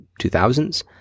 2000s